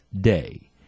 day